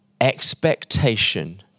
expectation